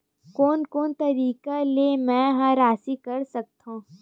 कोन कोन तरीका ले मै ह राशि कर सकथव?